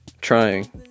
trying